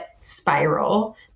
spiral